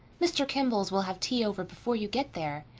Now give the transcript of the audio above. mr. kimball's will have tea over before you get there.